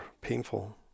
painful